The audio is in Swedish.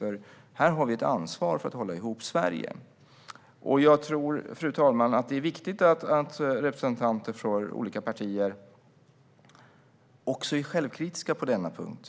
Här har vi ett ansvar att hålla ihop Sverige. Fru talman! Det är viktigt att representanter för olika partier är självkritiska på denna punkt.